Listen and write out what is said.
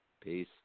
peace